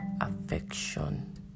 affection